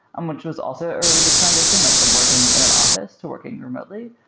um which was also a really big transition like from working in an office to working remotely.